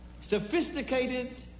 sophisticated